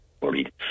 worried